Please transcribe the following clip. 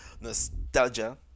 nostalgia